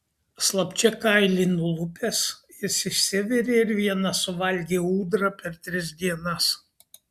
slapčia kailį nulupęs jis išsivirė ir vienas suvalgė ūdrą per tris dienas